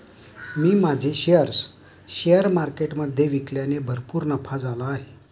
मी माझे shares share मार्केटमधे विकल्याने भरपूर नफा झाला आहे